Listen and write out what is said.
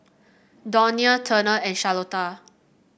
Donia Turner and Charlotta